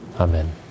Amen